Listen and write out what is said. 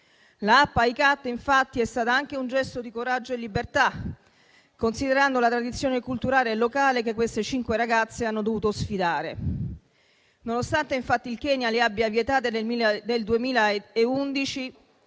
L'*app* iCut è stata anche un gesto di coraggio e di libertà, considerando la tradizione culturale locale che queste cinque ragazze hanno dovuto sfidare. Nonostante il Kenya infatti le abbia vietate nel 2011,